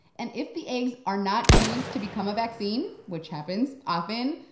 and if the eggs are not used to become a vaccine, which happens often,